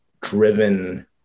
driven